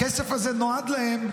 הכסף הזה נועד להם,